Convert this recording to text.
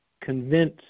convince